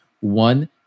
one